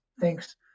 thanks